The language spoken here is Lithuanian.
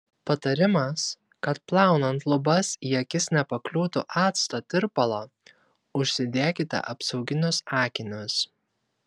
patarimas kad plaunant lubas į akis nepakliūtų acto tirpalo užsidėkite apsauginius akinius